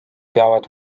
peavad